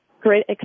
great